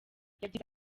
yagize